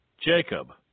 Jacob